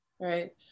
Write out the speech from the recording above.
right